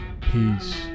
Peace